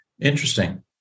Interesting